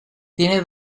tiene